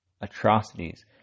atrocities